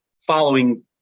following